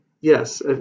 Yes